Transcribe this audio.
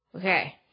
Okay